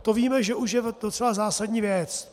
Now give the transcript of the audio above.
To víme, že už je docela zásadní věc.